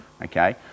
Okay